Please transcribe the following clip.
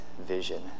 vision